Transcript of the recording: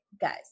guys